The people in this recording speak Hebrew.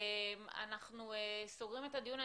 אנחנו סוגרים את הדיון.